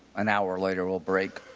an hour later, we'll break.